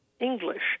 English